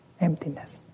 emptiness